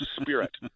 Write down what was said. spirit